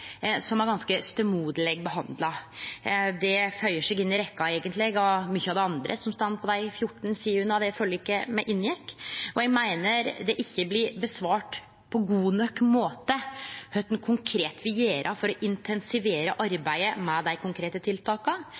som har blitt ganske stemoderleg behandla. Det føyer seg eigentleg inn i rekka av mykje av det andre som står på dei 14 sidene i forliket me inngjekk. Eg meiner det ikkje blir svart godt nok på spørsmålet om kva ein konkret vil gjere for å intensivere arbeidet med dei konkrete tiltaka,